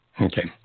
Okay